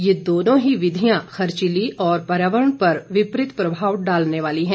ये दोनों ही विधियां खर्चीली और पर्यावरण पर विपरीत प्रभाव डालने वाली है